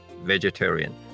vegetarian